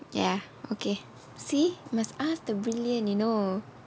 ya okay see must ask the brilliant you know